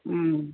उम